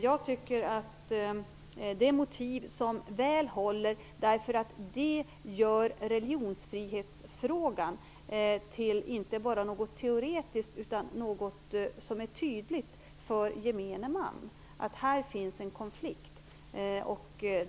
Jag tycker att det är motiv som väl håller. De gör religionsfrihetsfrågan till inte bara något teoretiskt utan också gör det tydligt för gemene man att här finns en konflikt.